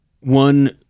One